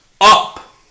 up